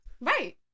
Right